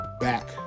back